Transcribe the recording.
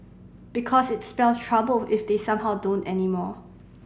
because it spell trouble if they somehow don't anymore